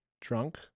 drunk